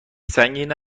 سنگین